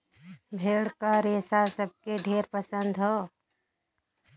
भेड़ क रेसा सबके ढेर पसंद हौ